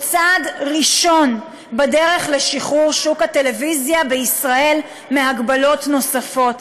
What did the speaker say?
זהו צעד ראשון בדרך לשחרור שוק הטלוויזיה בישראל מהגבלות נוספות.